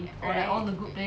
right